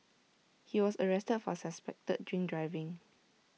he was arrested for suspected drink driving